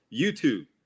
YouTube